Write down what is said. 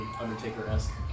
Undertaker-esque